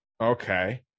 Okay